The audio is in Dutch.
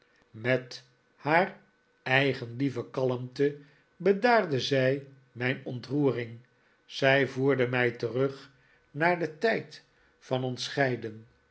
met haar eigen lieve kalmte bedaarde zij mijn ontroering zij voerde mij terug naar den tijd van ons scheiden